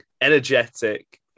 energetic